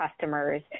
customers